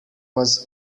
was